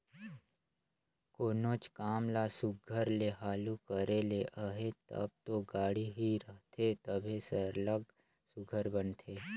कोनोच काम ल सुग्घर ले हालु करे ले अहे तब दो गाड़ी ही रहथे तबे सरलग सुघर बनथे